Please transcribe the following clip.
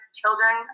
children